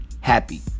happy